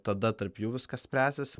tada tarp jų viskas spręsis